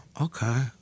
okay